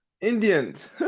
Indians